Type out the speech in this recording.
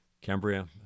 Cambria